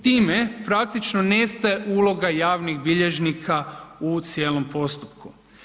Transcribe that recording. Time praktično nestaje uloga javnih bilježnika u cijelom postupku.